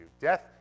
Death